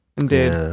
Indeed